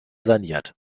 saniert